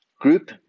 group